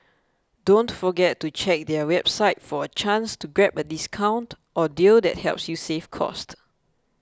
don't forget to check their website for a chance to grab a discount or deal that helps you save cost